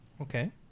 Okay